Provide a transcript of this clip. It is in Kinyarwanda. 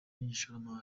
n’ishoramari